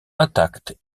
intact